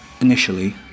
initially